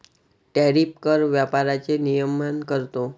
tariff कर व्यापाराचे नियमन करतो